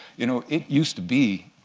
you know it used to be